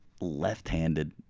left-handed